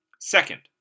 Second